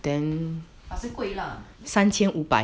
but 是贵啦